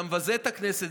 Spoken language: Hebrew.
אתה מבזה את הכנסת.